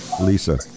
Lisa